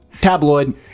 Tabloid